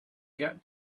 get